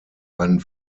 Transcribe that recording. einen